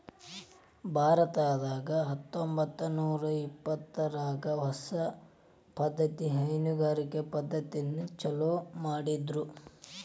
ಭಾರತದಾಗ ಹತ್ತಂಬತ್ತನೂರಾ ಇಪ್ಪತ್ತರಾಗ ಹೊಸ ಪದ್ದತಿಯ ಹೈನುಗಾರಿಕೆ ಪದ್ದತಿಯನ್ನ ಚಾಲೂ ಮಾಡಿದ್ರು